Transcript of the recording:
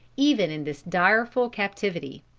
even in this direful captivity.